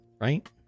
right